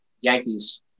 Yankees